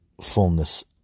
fullness